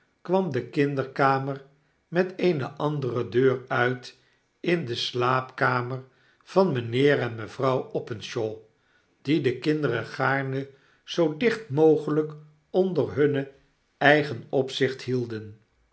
kwam de kinderkamer met eene andere deur uit in de slaapkamer van mynheer en mevrouw openshaw die de kinderen gaarne zoo dicht mogel jk onder hun eigen opzicht hielden